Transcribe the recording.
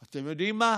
אתם יודעים מה,